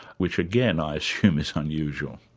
which again i assume is unusual.